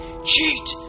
Cheat